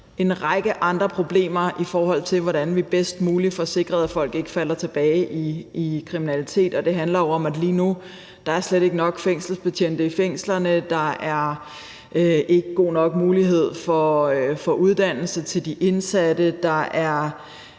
en række andre problemer, i forhold til hvordan vi bedst muligt får sikret, at folk ikke falder tilbage i kriminalitet. Det handler jo om, at lige nu er der slet ikke nok fængselsbetjente i fængslerne, der er ikke god nok mulighed for uddannelse til de indsatte, og